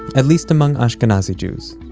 at least among ashkenazi jews,